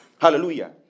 Hallelujah